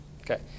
Okay